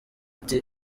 ati